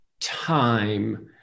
time